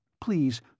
please